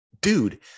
dude